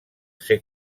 ser